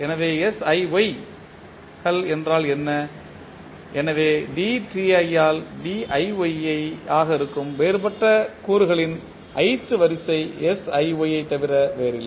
எனவே siY கள் என்றால் என்ன எனவே dti ஆல் diY ஆக இருக்கும் வேறுபட்ட கூறுகளின் ith வரிசை siY ஐத் தவிர வேறில்லை